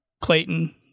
Clayton